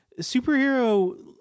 superhero